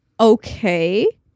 okay